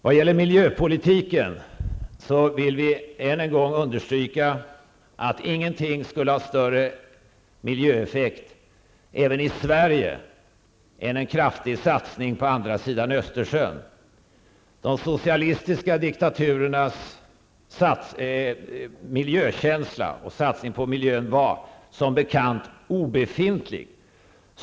Vad gäller miljöpolitiken vill vi än en gång understryka att ingenting skulle ha större miljöeffekt även i Sverige än en kraftig satsning på andra sidan Östersjön. De socialistiska diktaturernas miljökänsla och satsning på miljön var som bekant obefintlig.